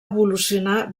evolucionar